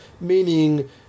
meaning